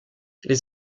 les